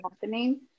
happening